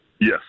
Yes